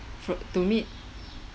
fro~ to meet